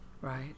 right